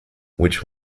which